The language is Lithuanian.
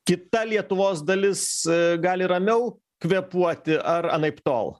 kita lietuvos dalis gali ramiau kvėpuoti ar anaiptol